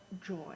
joy